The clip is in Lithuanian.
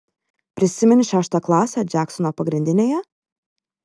prisimeni šeštą klasę džeksono pagrindinėje